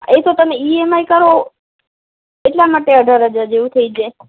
એ તો તમે E M I કરો એટલાં માટે અઢાર હજાર જેવું થઈ જાય